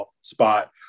spot